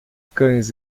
cães